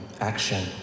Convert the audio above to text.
Action